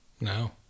No